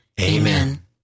Amen